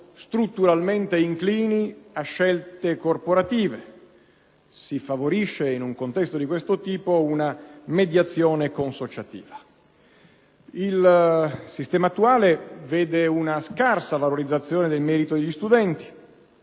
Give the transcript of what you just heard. strutturalmente inclini a scelte corporative. Si favorisce, in un simile contesto, una mediazione consociativa. Il sistema attuale vede una scarsa valorizzazione del merito degli studenti,